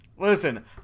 Listen